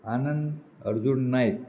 Anand Arjun Naik